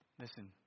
Listen